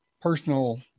personal